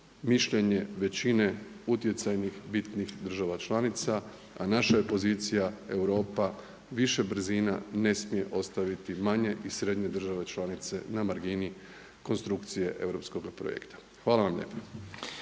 mišljenje većine utjecajnih, bitnih država članica a naša je pozicija Europa, više brzina ne smije ostaviti manje i srednje države članice na margini konstrukcije europskoga projekta. Hvala vam lijepa.